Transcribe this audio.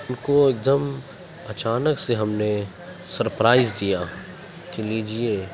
ان کو ایک دم اچانک سے ہم نے سرپرائز دیا کہ لیجیے